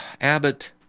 abbott